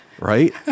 right